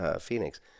phoenix